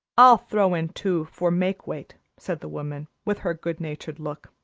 i'll throw in two for make-weight, said the woman, with her good-natured look.